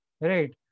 right